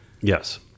yes